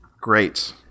Great